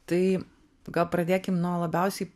tai gal pradėkim nuo labiausiai